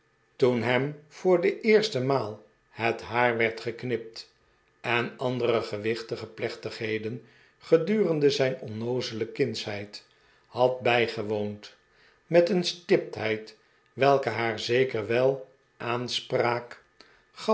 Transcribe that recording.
toen hem voor de eerste maal het haar werd geknipt en andere gewichtige plechtigheden gedurende zijn onnoozele kindsheid had bijgewoond met een stiptheid welke haar zeker wel aanspraak